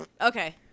Okay